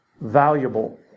valuable